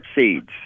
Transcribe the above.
seeds